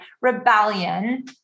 rebellion